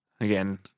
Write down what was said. again